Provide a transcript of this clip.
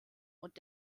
und